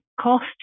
cost